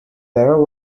error